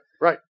right